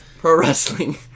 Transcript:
Pro-wrestling